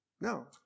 No